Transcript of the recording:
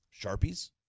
Sharpies